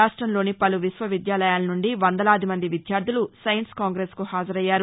రాష్టంలోని పలు విశ్వవిద్యాలయాల నుండి వందలాది మంది విద్యార్దులు సైన్స్ కాంగ్రెస్కు హాజరయ్యారు